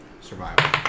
Survival